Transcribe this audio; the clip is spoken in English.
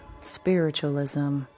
spiritualism